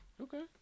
Okay